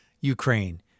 Ukraine